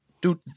Dude